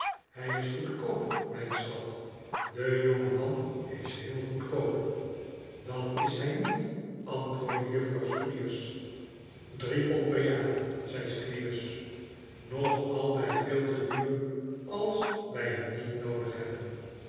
hij is goedkoop mijn schat de jongeman is heel goedkoop dat is hij niet antwoordde juffrouw squeers drie pond per jaar zei squeers nog altijd veel te duur als wij hem niet noodig hebben